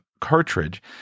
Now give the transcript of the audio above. cartridge